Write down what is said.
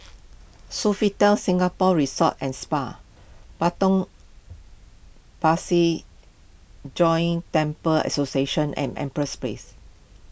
Sofitel Singapore Resort and Spa Potong Pasir Joint Temples Association and Empress Place